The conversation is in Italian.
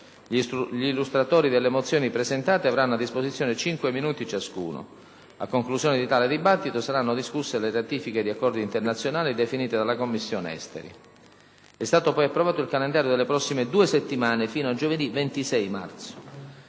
Gli illustratori delle mozioni presentate avranno a disposizione 5 minuti ciascuno. A conclusione di tale dibattito saranno discusse le ratifiche di accordi internazionali definite dalla Commissione esteri. È stato poi approvato il calendario delle prossime due settimane, fino a giovedì 26 marzo.